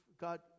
God